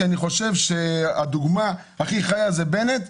כי אני חושב שהדוגמה הכי חיה זה בנט,